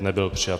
Nebyl přijat.